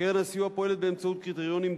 קרן הסיוע פועלת באמצעות קריטריונים,